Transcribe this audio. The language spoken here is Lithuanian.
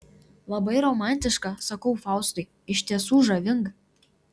labai romantiška sakau faustui iš tiesų žavinga